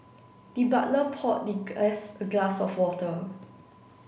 the butler poured the guest a glass of water